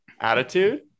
attitude